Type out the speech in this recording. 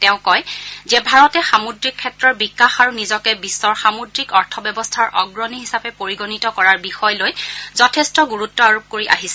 তেওঁ কয় যে ভাৰতে সামুদ্ৰিক ক্ষেত্ৰৰ বিকাশ আৰু নিজকে বিশ্বৰ সামুদ্ৰিক অৰ্থব্যৱস্থাৰ অগ্ৰণী হিচাপে পৰিগণিত কৰাৰ বিষয় লৈ যথেষ্ট গুৰুত্ব আৰোপ কৰি আহিছে